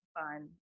fun